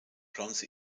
bronze